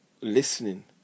listening